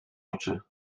oczy